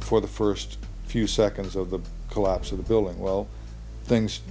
for the first few seconds of the collapse of the building well things